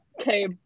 Okay